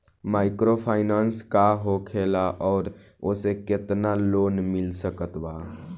Microfinance का होखेला और ओसे केतना लोन मिल सकत बा?